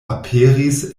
aperis